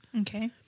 Okay